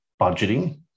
budgeting